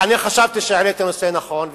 אני חשבתי שהעליתי נושא נכון,